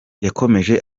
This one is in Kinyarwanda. yakomeje